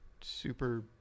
super